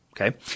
Okay